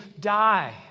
die